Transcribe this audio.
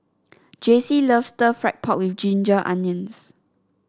Jacey loves Stir Fried Pork with Ginger Onions